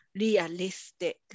realistic